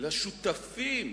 לשותפים